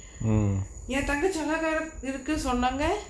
என் தங்கச்சி அழகா இருக்கு சொன்னாங்க:en thangachi alaga irukku sonnaanga